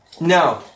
no